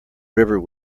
river